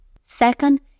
Second